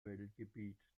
quellgebiet